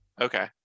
Okay